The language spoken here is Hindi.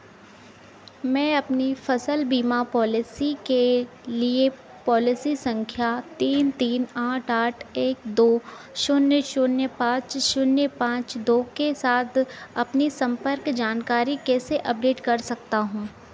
मैं अपनी फ़सल बीमा पॉलिसी के लिए पॉलिसी संख्या तीन तीन आठ आठ एक दो शून्य शून्य पाँच शून्य पाँच दो के साथ अपनी संपर्क जानकारी कैसे अपडेट कर सकता हूँ